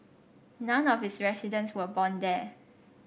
none of its residents were born there